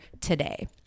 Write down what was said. today